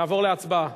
נעבור להצבעה.